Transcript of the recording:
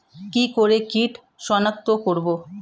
কি করে কিট শনাক্ত করব?